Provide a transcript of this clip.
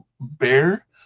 Bear